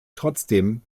trotzdem